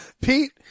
Pete